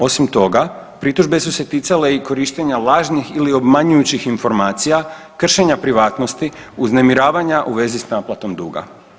Osim toga, pritužbe su se ticale i korištenja lažnih ili obmanjujućih informacija, kršenja privatnosti, uznemiravanja u vezi s naplatom duga.